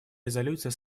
резолюция